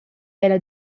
ella